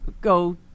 go